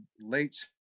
late